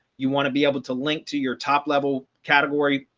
you want to be able to link to your top level category,